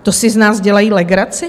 To si z nás dělají legraci?